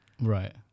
Right